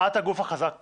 את הגוף החזק פה,